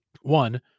One